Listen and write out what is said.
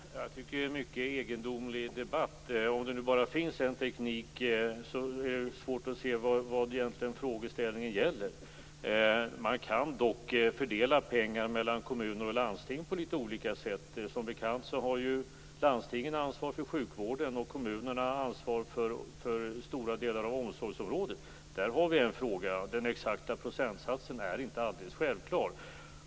Fru talman! Jag tycker att detta är en mycket egendomlig debatt. Om det nu bara finns en teknik är det svårt att förstå vad frågeställningen egentligen gäller. Man kan dock fördela pengar mellan kommuner och landsting på lite olika sätt. Som bekant har ju landstingen ansvar för sjukvården, och kommunerna har ansvar för stora delar av omsorgsområdet. Där har vi en fråga. Den exakta procentsatsen är inte alldeles självklar.